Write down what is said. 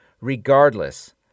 regardless